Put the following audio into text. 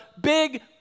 big